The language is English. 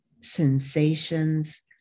sensations